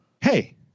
hey